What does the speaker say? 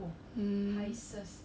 um